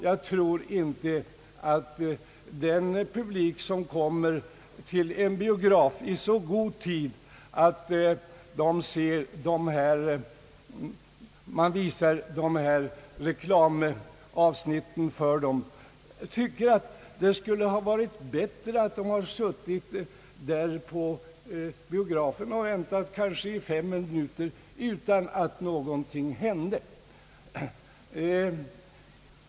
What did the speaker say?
Jag tror inte att den publik, som kommer till en biograf i så god tid att den hinner se reklamavsnitten, tycker att det skulle varit bättre att ha fått sitta och vänta kanske i fem minuter utan att någonting hänt.